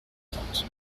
trente